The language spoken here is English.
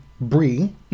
Brie